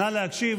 נא להקשיב,